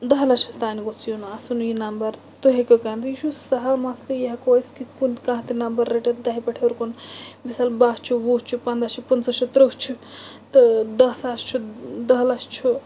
دَہ لَچھس تانۍ گوٚژھ یُن آسُن یہِ نمبر تُہۍ ہیٚکِو کانٛہہ تہِ یہِ چھُ سہل مَسلہٕ یہِ ہیٚکو أسۍ کتھ کُن کانٛہہ تہِ نَمبر رٔٹِتھ دَہہِ پٮ۪ٹھ ہیٛور کُن مِثال باہ چھُ وُہ چھُ پَنٛداہ چھِ پٕنٛژہ چھُ تٕرٛہ چھُ تہٕ دَہ ساس چھُ ٲں دَہ لَچھ چھُ